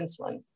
insulin